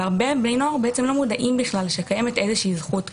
הרבה בני נוער לא מודעים לכך שקיימת זכות כזו.